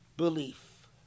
belief